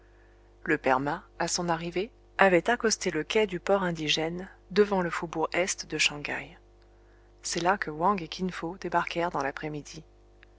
le perma à son arrivée avait accosté le quai du port indigène devant le faubourg est de shang haï c'est là que wang et kin fo débarquèrent dans l'après-midi